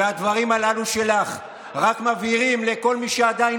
הדברים הללו שלך רק מבהירים לכל מי שעדיין